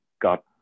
got